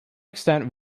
extent